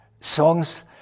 Songs